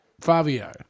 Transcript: Fabio